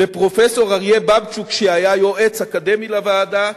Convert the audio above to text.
לפרופסור אריה בבצ'וק, שהיה יועץ אקדמי לוועדה,